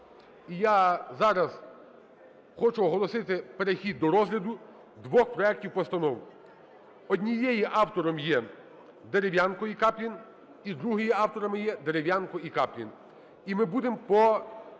я зараз хочу оголосити перехід до розгляду двох проектів постанов. Однієї автором є Дерев'янко іКаплін. І другої авторами є Дерев'янко і Каплін. І ми будемо по